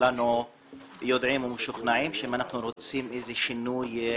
כולנו יודעים ומשוכנעים שאם אנחנו רוצים שינוי חינוכי,